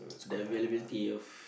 the availability of